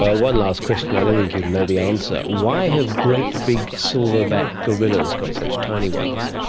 ah one last question, i don't think you'd know the answer why have great big silverback gorillas got such tiny ones?